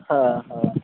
হ্যাঁ হ্যাঁ